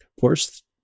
First